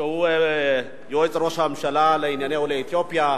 שהוא יועץ ראש הממשלה לענייני עולי אתיופיה.